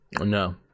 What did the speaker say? No